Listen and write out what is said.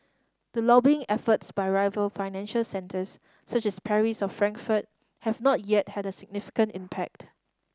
the lobbying efforts by rival financial centres such as Paris or Frankfurt have not yet had a significant impact